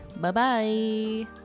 Bye-bye